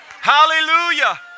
Hallelujah